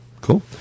Cool